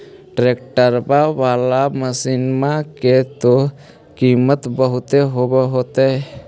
ट्रैक्टरबा बाला मसिन्मा के तो किमत्बा बहुते होब होतै?